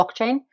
blockchain